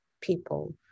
people